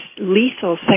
lethal